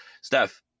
Steph